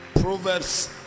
Proverbs